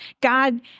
God